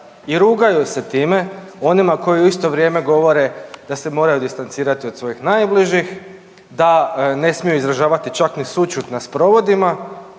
i rugaju se time onima koji u isto vrijeme govore da se moraju distancirati od svojih najbližih, da ne smiju izražavati čak ni sućut na sprovodima,